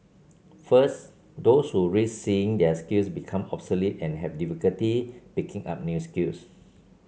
first those who risk seeing their skills become obsolete and have difficulty picking up new skills